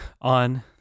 on